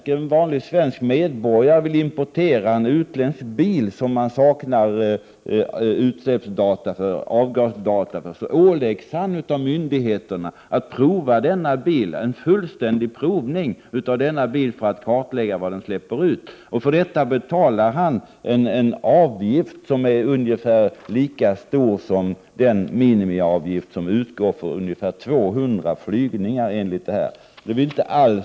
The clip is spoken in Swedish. Om en vanlig svensk medborgare vill importera en utländsk bil för vilken utsläppsdata, avgasdata, saknas, åläggs han av myndigheterna en fullständig provning av bilen för att kartlägga vad den släpper ut. För detta betalar han en avgift, som är ungefär lika stor som den minimiavgift som utgår för ungefär 200 flygningar enligt de beräkningar som finns i propositionen.